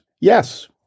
yes